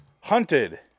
hunted